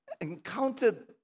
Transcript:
encountered